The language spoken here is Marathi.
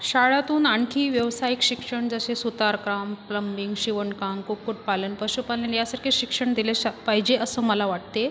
शाळातून आणखी व्यावसायिक शिक्षण जसे सुतारकाम प्लंबिंग शिवणकाम कुक्कुटपालन पशुपालन यासारखे शिक्षण दिले श पाहिजे असं मला वाटते